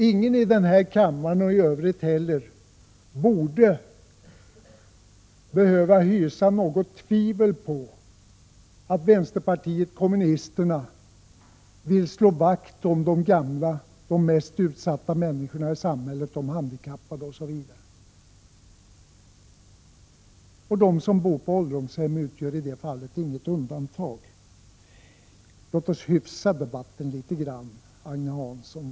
Ingen i den här kammaren — och inte i övrigt heller — borde behöva hysa något tvivel om att vänsterpartiet kommunisterna vill slå vakt om de mest utsatta människorna i samhället, de gamla, de handikappade osv. Och de som bor på ålderdomshem utgör i det sammanhanget inget undantag. Låt oss hyfsa debatten litet grand, Agne Hansson!